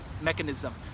mechanism